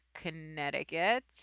Connecticut